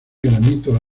granito